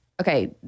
okay